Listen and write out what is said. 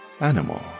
animal